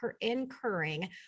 incurring